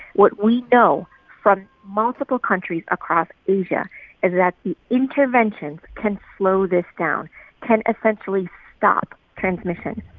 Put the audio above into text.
what we know from multiple countries across asia is that the interventions can slow this down can essentially stop transmission.